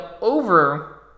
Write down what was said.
over